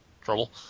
trouble